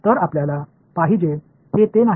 तर आपल्याला पाहिजे हे ते नाही